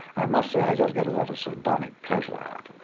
i must say i just get a lot of sardonic pleasure out of it.